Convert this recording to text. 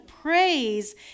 Praise